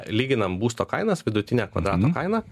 lyginam būsto kainas vidutinę kvadrato kainą